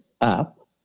up